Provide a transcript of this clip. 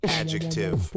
adjective